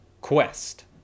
Quest